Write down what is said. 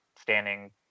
standing